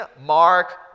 Mark